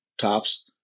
tops